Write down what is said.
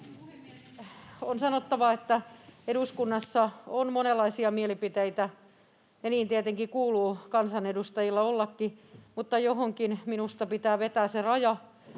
On sanottava, että eduskunnassa on monenlaisia mielipiteitä, ja niin tietenkin kuuluu kansanedustajilla ollakin, mutta johonkin minusta pitää vetää se raja,